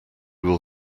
will